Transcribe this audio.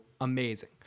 amazing